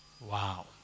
Wow